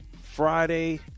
Friday